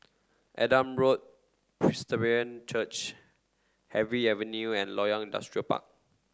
Adam Road Church Harvey Avenue and Loyang Industrial Park